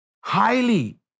highly